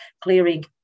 clearing